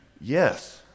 Yes